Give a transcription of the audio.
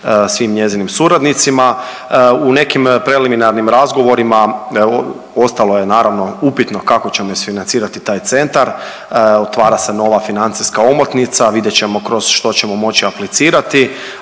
svim njezinim suradnicima. U nekim preliminarnim razgovorima ostalo je naravno upitno kako ćemo isfinancirati taj centar, otvara se nova financijska omotnica, vidjet ćemo kroz što ćemo moći aplicirati,